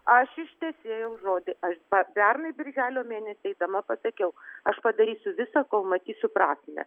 aš ištesėjau žodį aš be pernai birželio mėnesį eidama pasakiau aš padarysiu visa kol matysiu prasmę